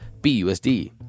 BUSD